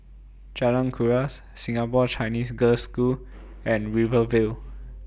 Jalan Kuras Singapore Chinese Girls' School and Rivervale